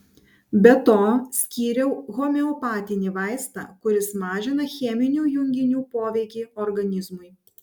be to skyriau homeopatinį vaistą kuris mažina cheminių junginių poveikį organizmui